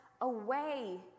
away